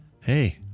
hey